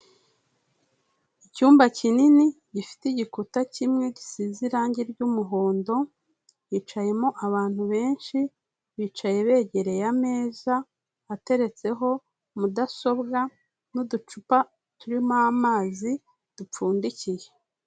Icyumba kinini gifite igikuta kimwe gisize irangi ry'umuhondo, hicayemo abantu benshi, bicaye begereye ameza ateretseho mudasobwa n'uducupa, turimo amazi dupfundikiye.